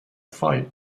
fight